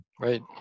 Right